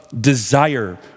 desire